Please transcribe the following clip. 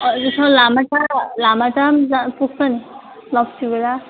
अहिले छ लामाहट्टा लामाहट्टा पुग्छ नि लप्चूबाट